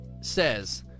says